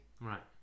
right